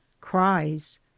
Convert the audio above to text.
cries